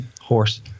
horse